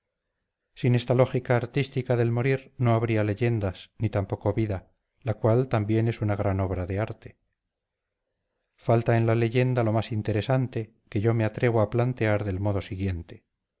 sin esta lógica artística del morir no habría leyendas ni tampoco vida la cual también es una gran obra de arte falta en la leyenda lo más interesante que yo me atrevo a planear del modo siguiente